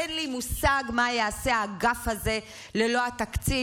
אין לי מושג מה יעשה האגף הזה ללא התקציב.